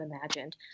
imagined